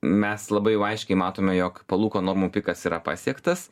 mes labai jau aiškiai matome jog palūkanų normų pikas yra pasiektas